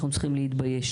אנחנו צריכים להתבייש,